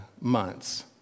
months